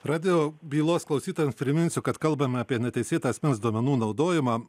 radijo bylos klausytojams priminsiu kad kalbama apie neteisėtą asmens duomenų naudojimą